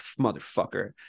motherfucker